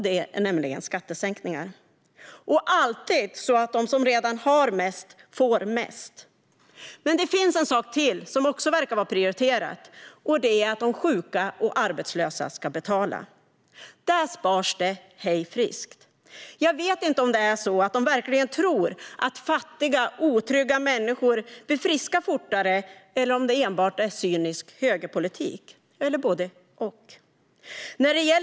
Det är skattesänkningar - och alltid sådana som gör att de som redan har mest får mest. Men det finns en sak till som också verkar vara prioriterad, och det är att de sjuka och arbetslösa ska betala. Där sparas det hej vilt. Jag vet inte om det beror på att man verkligen tror att fattiga och otrygga människor blir friska fortare eller om det enbart är cynisk högerpolitik - eller om det är både och.